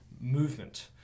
movement